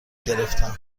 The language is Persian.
گرفتم